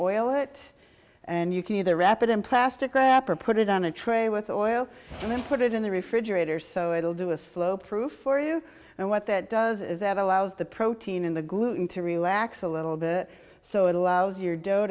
shape it and you can either wrap it in plastic wrap or put it on a tray with oil and then put it in the refrigerator so it will do a slow proof for you and what that does is that allows the protein in the gluten to relax a little bit so it allows your do